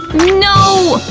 no!